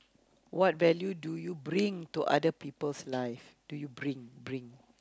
what value do you bring to other people's life do you bring bring